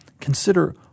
consider